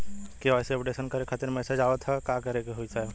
KYC updation करें खातिर message आवत ह का करे के होई साहब?